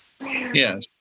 Yes